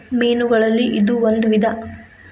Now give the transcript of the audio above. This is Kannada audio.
ಮೇನುಗಳಲ್ಲಿ ಇದು ಒಂದ ವಿಧಾ